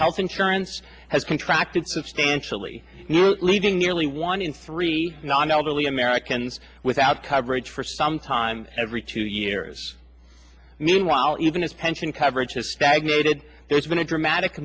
health insurance has contracted substantially leaving nearly one in three non elderly americans without coverage for some time every two years meanwhile even as pension coverage has stagnated there's been a dramatic